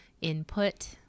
input